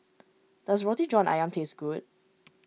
does Roti John Ayam tastes good